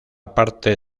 parte